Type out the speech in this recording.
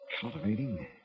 Cultivating